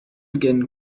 begin